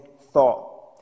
thought